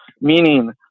Meaning